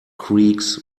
creaks